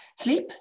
Sleep